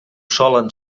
solen